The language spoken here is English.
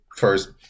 first